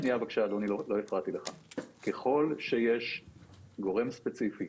ככל שיש גורם ספציפי